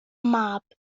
mab